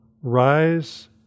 rise